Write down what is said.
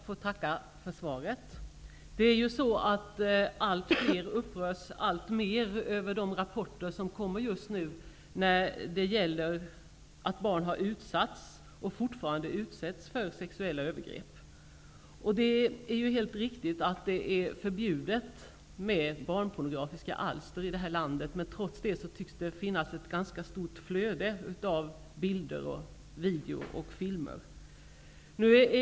Fru talman! Jag tackar för svaret. Allt fler upprörs alltmer över de rapporter som kommer just nu över att barn har utsatts för, och fortfarande utsätts för, sexuella övergrepp. Det är riktigt att det är förbjudet med barnpornografiska alster i det här landet. Trots det tycks det finnas ett ganska stort flöde av bilder, videor och filmer.